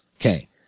Okay